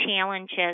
challenges